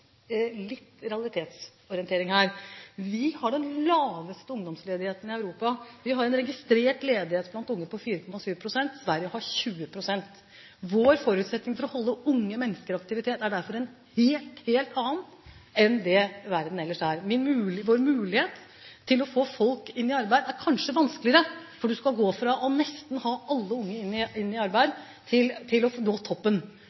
realitetsorientering her. Vi har den laveste ungdomsledigheten i Europa. Vi har en registrert ledighet blant unge på 4,7 pst. – Sverige har 20 pst. Vår forutsetning for å holde unge mennesker i aktivitet er derfor en helt annen enn i verden ellers. Vår mulighet til å få folk inn i arbeid er kanskje vanskeligere, for du skal gå fra å ha nesten alle unge inn i arbeid til å nå toppen.